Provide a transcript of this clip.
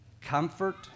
Comfort